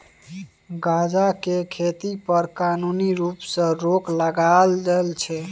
गांजा केर खेती पर कानुनी रुप सँ रोक लागल छै